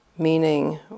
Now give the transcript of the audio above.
meaning